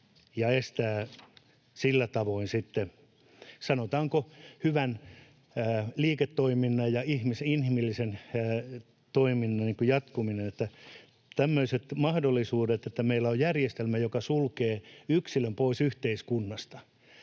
estää sillä tavoin sanotaanko hyvän liiketoiminnan ja inhimillisen toiminnan jatkumisen. Tämmöiset mahdollisuudet, että meillä on järjestelmä, joka sulkee yksilön pois yhteiskunnasta,